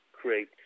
create